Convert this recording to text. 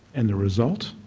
and the result?